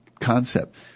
concept